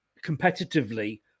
competitively